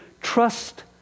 trust